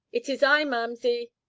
it is i, mamsie!